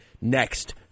next